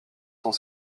sans